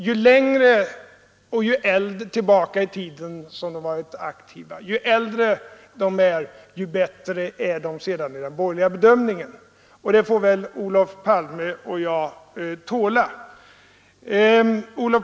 Ju längre tillbaka i tiden de varit aktiva och ju äldre de är desto bättre är de sedan enligt den borgerliga bedömningen. Det får väl Olof Palme och jag tåla.